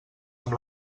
amb